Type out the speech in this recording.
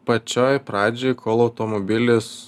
pačioj pradžioj kol automobilis